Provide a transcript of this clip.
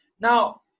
Now